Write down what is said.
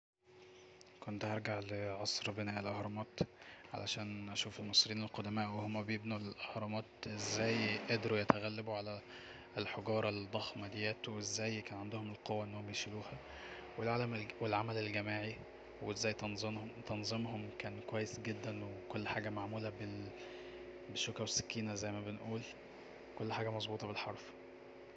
كنت هرجع لعصر بناء الاهرامات علشان اشوف المصريين القدماء وهما بيبنو الاهرامات ازاي قدرو يتغلبو على الحجارة الضخمة ديت وازاي كان عندهم القوة أنهم يشيلوها والعمل الجماعي وازاي تمظي تنظيمهم كان كويس جدا وكل حاجة معمولة بالشوكة والسكينة زي ما بنقول كل حاجة مظبوطة بالحرف